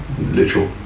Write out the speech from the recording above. literal